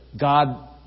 God